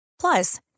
Plus